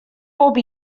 bob